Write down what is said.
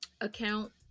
account